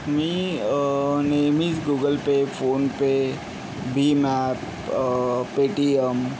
मी नेहमीच Google Pay PhonePe भीम app Paytm